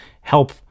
help